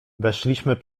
weszliśmy